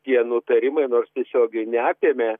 tie nutarimai nors tiesiogiai neapėmė